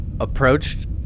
approached